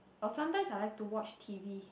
oh sometimes I like to watch T_V